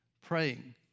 Praying